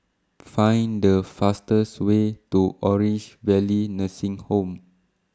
Find The fastest Way to Orange Valley Nursing Home